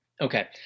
Okay